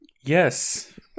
Yes